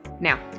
Now